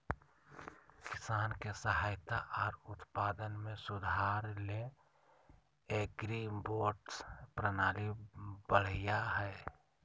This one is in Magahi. किसान के सहायता आर उत्पादन में सुधार ले एग्रीबोट्स प्रणाली बढ़िया हय